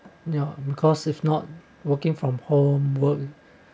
ya because if not working from home work